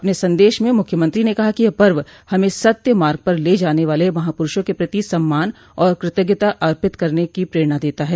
अपने संदेश में मुख्यमंत्रो ने कहा कि यह पर्व हमें सत्य मार्ग पर ले जाने वाले महाप्ररूषों के प्रति सम्मान और कृतज्ञता अर्पित करने की प्रेरणा देता है